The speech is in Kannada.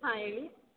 ಹಾಂ ಹೇಳಿ